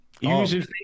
using